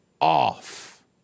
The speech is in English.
off